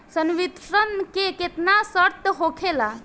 संवितरण के केतना शर्त होखेला?